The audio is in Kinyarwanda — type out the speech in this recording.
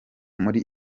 muri